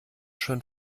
schön